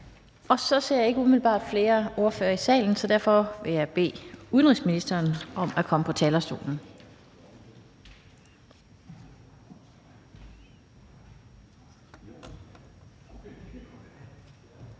Jeg ser ikke umiddelbart flere ordførere i salen, så derfor vil jeg bede udenrigsministeren om at komme på talerstolen.